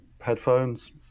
headphones